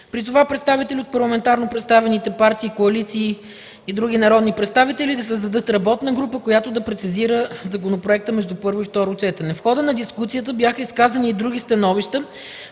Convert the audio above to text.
Призова представители от парламентарно представените партии и коалиции, и други народни представители да създадат работна група, която да прецизира законопроекта между първо и второ четене. В хода на дискусията бяха изказани и други становища